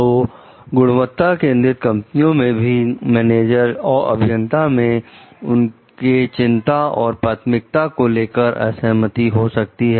तो गुणवत्ता केंद्रित कंपनियों में भी मैनेजर और अभियंता में उनके चिंता और प्राथमिकता को लेकर असहमति हो सकती है